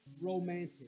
romantic